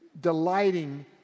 delighting